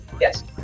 Yes